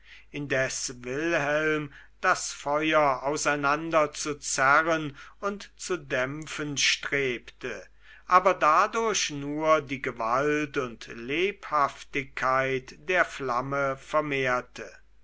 indes wilhelm das feuer auseinanderzuzerren und zu dämpfen strebte aber dadurch nur die gewalt und lebhaftigkeit der flamme vermehrte